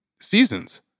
seasons